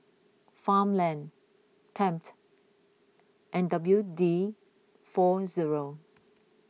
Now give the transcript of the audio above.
Farmland Tempt and W D four zero